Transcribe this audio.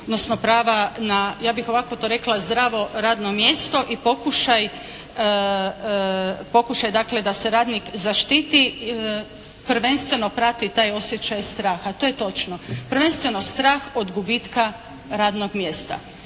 odnosno prava na, ja bih ovako to rekla, na zdravo radno mjesto i pokušaj da se radnik zaštiti prvenstveno prati taj osjećaj straha, to je točno. Prvenstveno strah od gubitka radnog mjesta.